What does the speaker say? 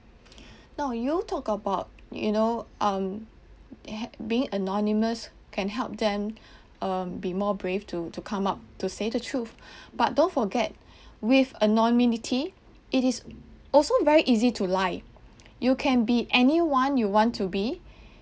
now you talk about you know um being anonymous can help them um be more brave to to come up to say the truth but don't forget with anonymity it is also very easy to lie you can be anyone you want to be